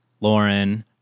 Lauren